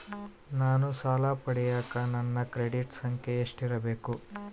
ನಾನು ಸಾಲ ಪಡಿಯಕ ನನ್ನ ಕ್ರೆಡಿಟ್ ಸಂಖ್ಯೆ ಎಷ್ಟಿರಬೇಕು?